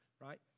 right